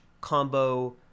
combo